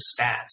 stats